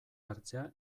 hartzea